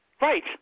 Right